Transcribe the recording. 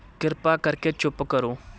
ਕਿਰਪਾ ਕਰਕੇ ਚੁੱਪ ਕਰੋ